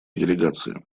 делегации